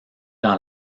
dans